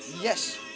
Yes